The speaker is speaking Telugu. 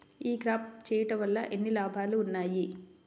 ఈ క్రాప చేయుట వల్ల ఎన్ని లాభాలు ఉన్నాయి?